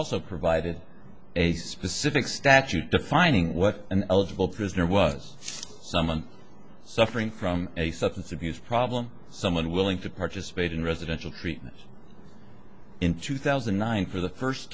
also provided a specific statute defining what an eligible prisoner was someone suffering from a substance abuse problem someone willing to participate in residential treatment in two thousand and nine for the first